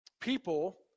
people